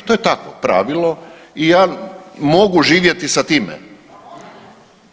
I to je tako pravilo i ja mogu živjeti sa time,